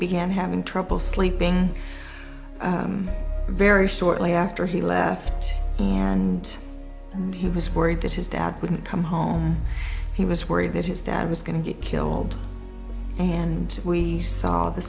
began having trouble sleeping very shortly after he left and and he was worried that his dad wouldn't come home he was worried that his dad was going to get killed and we saw the